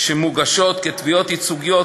שמוגשות כתביעות ייצוגיות,